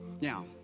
Now